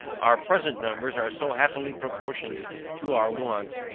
our present numbers are so happily proportioned to our wants,